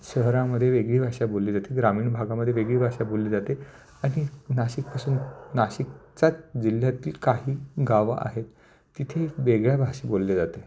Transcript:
शहरामध्ये वेगळी भाषा बोलली जाते ग्रामीण भागामध्ये वेगळी भाषा बोलली जाते आणि नाशिकपासून नाशिकचाच जिल्ह्यातील काही गावं आहेत तिथे वेगळ्या भाषा बोलल्या जाते